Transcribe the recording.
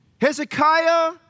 Hezekiah